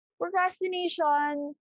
Procrastination